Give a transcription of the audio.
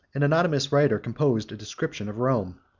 an anonymous writer composed a description of rome.